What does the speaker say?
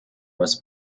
was